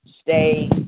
stay